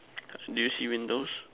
do you see windows